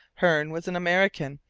hearne was an american,